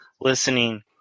listening